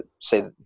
say